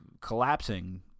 collapsing